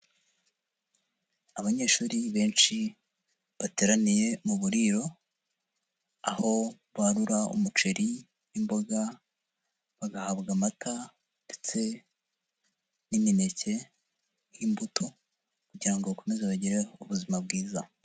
Abanyeshuri benshi bateraniye mu buriro, aho barura umuceri n'imboga bagahabwa amata ndetse n'imineke nk'imbuto kugira ngo bakomeze bagire ubuzima bwiza.